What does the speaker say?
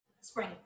Spring